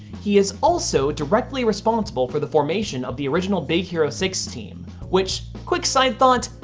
he is also directly responsible for the formation of the original big hero six team. which quick side thought.